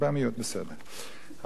אבל אני רוצה לדבר על הספר.